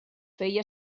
feia